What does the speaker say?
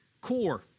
core